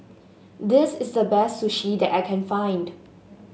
this is the best Sushi that I can find